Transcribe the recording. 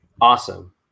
Awesome